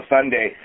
Sunday